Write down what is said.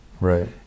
right